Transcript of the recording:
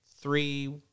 three